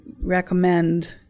recommend